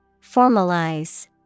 Formalize